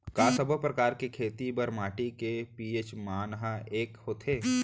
का सब्बो प्रकार के खेती बर माटी के पी.एच मान ह एकै होथे?